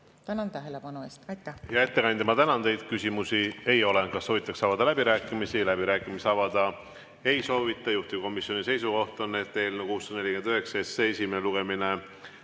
Tänan tähelepanu eest! Hea ettekandja, ma tänan teid. Küsimusi ei ole. Kas soovitakse avada läbirääkimisi? Läbirääkimisi avada ei soovita. Juhtivkomisjoni seisukoht on, et eelnõu 649 esimene lugemine